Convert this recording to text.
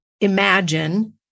imagine